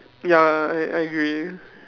ya I I agree